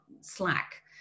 slack